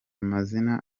amazina